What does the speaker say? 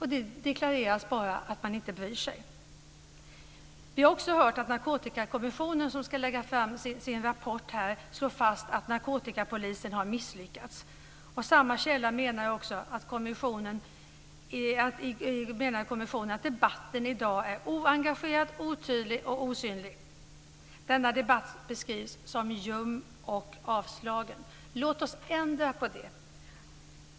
Det deklarerar bara att man inte bryr sig. Vi har också hört att narkotikakommissionen, som ska lägga fram sin rapport, slår fast att narkotikapolisen har misslyckats. Enligt samma källa menar kommissionen att debatten i dag är oengagerad, otydlig och osynlig. Debatten beskrivs som ljum och avslagen. Låt oss ändra på det.